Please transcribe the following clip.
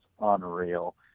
unreal